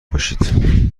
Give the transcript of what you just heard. باشید